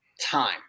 time